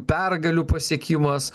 pergalių pasiekimas